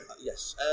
Yes